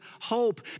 hope